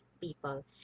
people